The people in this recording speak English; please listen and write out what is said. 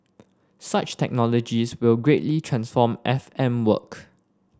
such technologies will greatly transform F M work